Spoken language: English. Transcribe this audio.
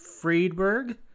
Friedberg